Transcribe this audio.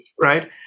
right